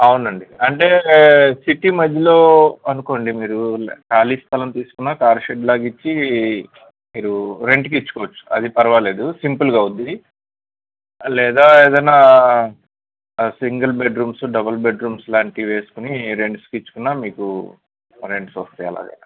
అవునండి అంటే సిటీ మధ్యలో అనుకోండి మీరు ఖాళీ స్థలం తీసుకున్న కార్ షెడ్లాగిచ్చి మీరూ రెంట్కి చ్చుకోవచ్చు అది పర్వాలేదు సింపుల్గా అవుద్ది లేదా ఏదన్నా సింగిల్ బెడ్రూమ్స్ డబల్ బెడ్రూమ్స్ లాంటివేసుకోని రెంట్స్కిచ్చుకున్న మీకు రెంట్స్సొస్తయి అలాగా